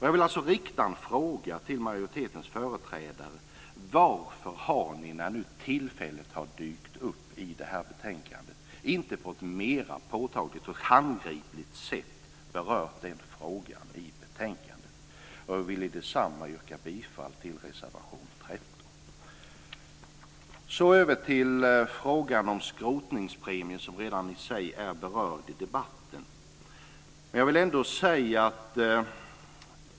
Varför har ni när nu tillfället har dykt upp i betänkandet inte på ett mer påtagligt och handgripligt sätt berört den frågan i betänkandet? Jag vill i detsamma yrka bifall till reservation 13. Så över till frågan om skrotningspremien, som redan i sig är berörd i debatten.